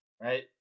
right